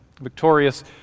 victorious